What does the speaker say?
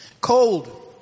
Cold